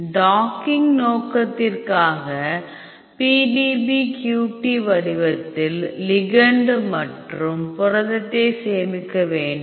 docking நோக்கத்திற்காக PDBQT வடிவத்தில் ligand மற்றும் புரதத்தை சேமிக்க வேண்டும்